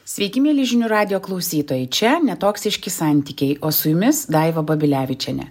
sveiki mieli žinių radijo klausytojai čia ne toksiški santykiai o su jumis daiva babilevičienė